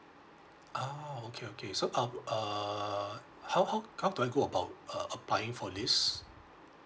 ah oh okay okay so uh uh how how how do I go about uh applying for this